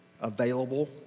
available